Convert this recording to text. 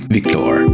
Victor